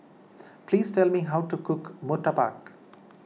please tell me how to cook Murtabak